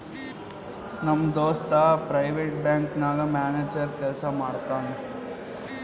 ನಮ್ ದೋಸ್ತ private bank ನಾಗ್ ಮ್ಯಾನೇಜರ್ ಕೆಲ್ಸಾ ಮಾಡ್ತಾನ್